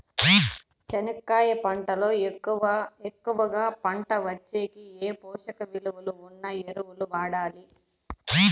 చెనక్కాయ పంట లో ఎక్కువగా పంట వచ్చేకి ఏ పోషక విలువలు ఉన్న ఎరువులు వాడాలి?